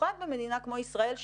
במיוחד במדינה כמו ישראל,